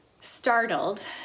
startled